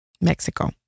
Mexico